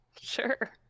Sure